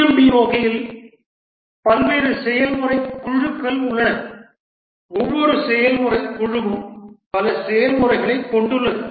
PMBOK இல் பல்வேறு செயல்முறை குழுக்கள் உள்ளன ஒவ்வொரு செயல்முறை குழுவும் பல செயல்முறைகளைக் கொண்டுள்ளது